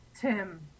Tim